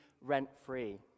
rent-free